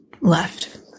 left